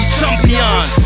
Champion